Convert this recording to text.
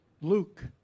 Luke